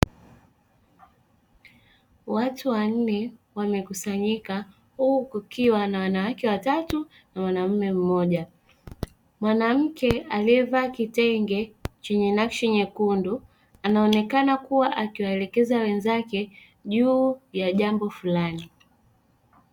Watu wanne wamekunsanyika huku kukiwa na wanawake watatu na mwanaume mmoja. Mwanamke aliyevaa kitenge chenye nakshi nyekundu anaoneka kuwa akiwaelekeza wenzake juu ya jambo fulani.